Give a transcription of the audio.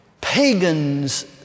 Pagans